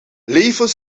leven